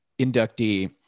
inductee